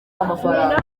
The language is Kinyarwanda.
amafaranga